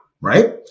right